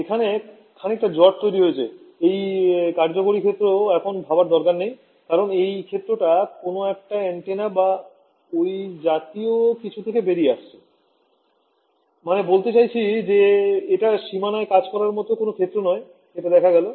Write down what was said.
এখানে খানিকটা জট তৈরি হয়েছে এই কার্যকরী ক্ষেত্র এখন ভাবার দরকার নেই কারণ এই ক্ষেত্র টা কোন একটা অ্যান্টেনা বাঁ ঐ জাতীয় কিছু থেকে বেরিয়ে আসছে মানে বলতে চাইছি যে এটা সীমানায় কাজ করার মত কোন ক্ষেত্র নয় যেটা দেখা গেল